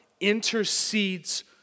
intercedes